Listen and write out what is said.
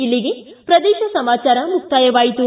ಇಲ್ಲಿಗೆ ಪ್ರದೇಶ ಸಮಾಚಾರ ಮುಕ್ತಾಯವಾಯಿತು